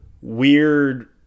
weird